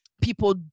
people